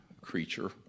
creature